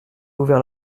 ouvert